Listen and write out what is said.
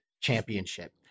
Championship